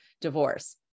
divorce